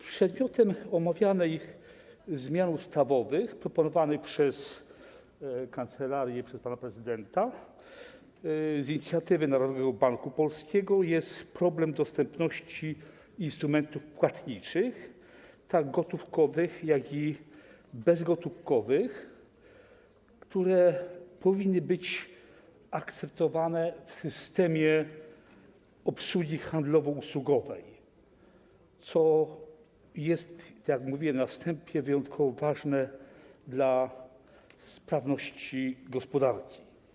Przedmiotem omawianych zmian ustawowych proponowanych przez kancelarię, przez pana prezydenta z inicjatywy Narodowego Banku Polskiego jest problem dostępności instrumentów płatniczych tak gotówkowych, jak i bezgotówkowych, które powinny być akceptowane w systemie obsługi handlowo-usługowej, co jest, tak jak powiedziałem na wstępie, wyjątkowo ważne dla sprawności systemu gospodarki.